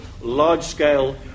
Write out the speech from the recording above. large-scale